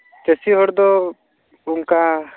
ᱪᱟᱹᱥᱤ ᱦᱚᱲ ᱫᱚ ᱚᱱᱠᱟ